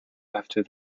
after